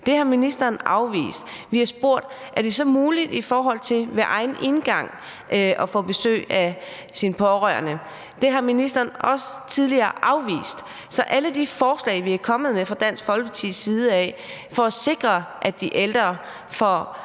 Det har ministeren afvist. Vi har spurgt: Er det så muligt at få besøg af sine pårørende ved egen indgang? Det har ministeren også tidligere afvist, og det gælder alle de forslag, vi er kommet med fra Dansk Folkepartis side, for at sikre, at de ældre får